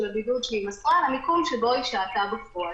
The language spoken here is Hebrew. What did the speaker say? הבידוד שהיא מסרה למיקום שבו היא שהתה בפועל.